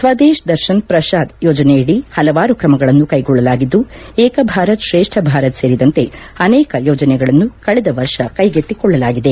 ಸ್ನದೇಶ್ ದರ್ಶನ್ ಪ್ರಶಾದ್ ಯೋಜನೆಯದಿ ಹಲವಾರು ಕ್ರಮಗಳನ್ನು ಕ್ವೆಗೊಳ್ಳಲಾಗಿದ್ದು ಏಕ ಭಾರತ್ ಶ್ರೇಷ್ತ ಭಾರತ್ ಸೇರಿದಂತೆ ಅನೇಕ ಯೋಜನೆಗಳನ್ನು ಕಳೆದ ವರ್ಷ ಕೈಗೆತ್ತಿಕೊಳ್ಳಲಾಗಿದೆ